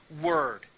word